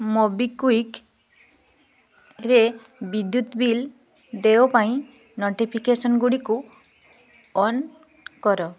ମୋବିକ୍ଵିକ୍ରେ ବିଦ୍ୟୁତ୍ ବିଲ୍ ଦେୟ ପାଇଁ ନୋଟିଫିକେସନ୍ ଗୁଡ଼ିକୁ ଅନ୍ କର